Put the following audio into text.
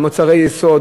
מוצרי יסוד,